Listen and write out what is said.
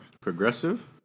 Progressive